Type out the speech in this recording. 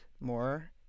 more